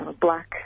black